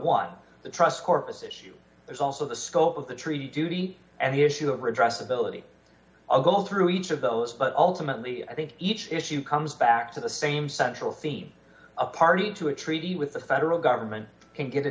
what the trust corpus issue there's also the scope of the treaty duty and the issue of redress ability i'll go through each of those but ultimately i think each issue comes back to the same central theme a party to a treaty with the federal government can get a